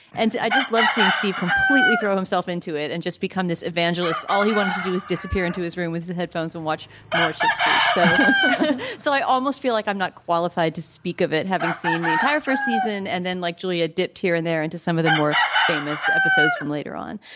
and i just love seeing steve completely throw himself into it and just become this evangelists all he wanted to do is disappear into his room with the headphones and watch more shit's creek. so so i almost feel like i'm not qualified to speak of it. having seen the entire first season and then like julia dipped here and there into some of the more famous episodes from later on.